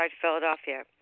Philadelphia